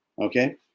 Okay